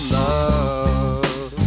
love